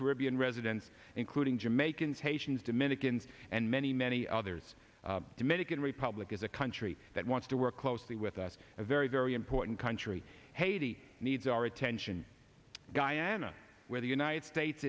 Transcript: caribbean residents including jamaicans haitians dominican and many many others dominican republic is a country that wants to work closely with us a very very important country haiti needs our attention diana where the united states